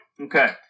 okay